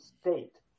state